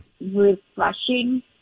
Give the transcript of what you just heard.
refreshing